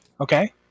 Okay